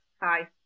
Hi